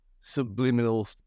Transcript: subliminal